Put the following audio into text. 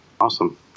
Awesome